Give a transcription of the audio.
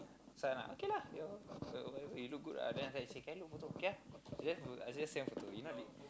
so I like okay lah your~ you look good ah then after that she can I look your photo okay ah I just send photo you know what I mean